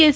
S